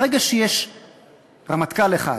ברגע שיש רמטכ"ל אחד,